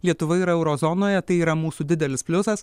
lietuva yra euro zonoje tai yra mūsų didelis pliusas